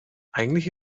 eigentlich